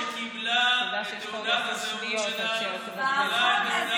שקיבלה את תעודת הזהות שלה בגלל החוק הזה.